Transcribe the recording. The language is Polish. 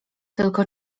tylko